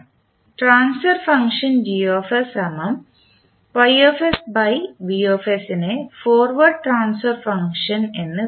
transfer function നെ forward transfer function എന്ന് വിളിക്കുന്നു